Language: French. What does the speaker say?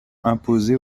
imposée